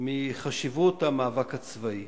מחשיבות המאבק הצבאי.